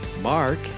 mark